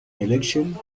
election